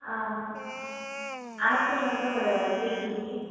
ஆ apple வந்து ஒரு three KGs